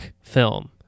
film